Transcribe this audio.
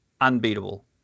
unbeatable